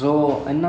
mm